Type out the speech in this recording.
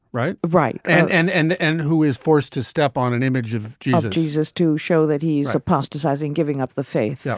right. right and and and and who is forced to step on an image of jesus, jesus to show that he's a pastor's ising, giving up the faith,